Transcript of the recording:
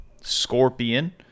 scorpion